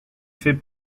fait